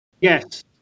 Yes